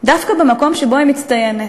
דווקא במקום שבו היא מצטיינת: